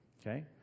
okay